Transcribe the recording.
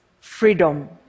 freedom